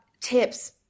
tips